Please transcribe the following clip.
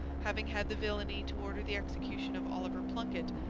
having had the villainy to order the execution of oliver plunket,